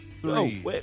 three